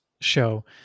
show